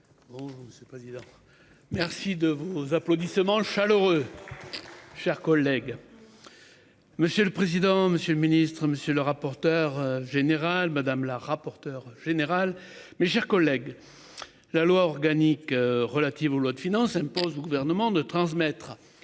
Le truc. C'est pas évident. Merci de vos applaudissements chaleureux. Chers collègues. Monsieur le président, Monsieur le Ministre. Monsieur le rapporteur général madame la rapporteur général. Mes chers collègues. La loi organique relative aux lois de finances impose au gouvernement de transmettre